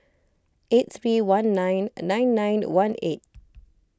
eight three one nine nine nine one eight